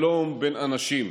שלום בין אנשים.